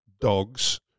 dogs